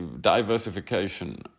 diversification